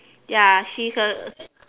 ya she's a